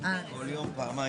נפגעו בגלל גל האומיקרון.